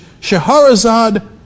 Shahrazad